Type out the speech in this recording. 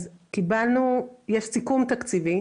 יש סיכום תקציבי,